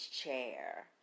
chair